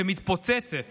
שמתפוצצת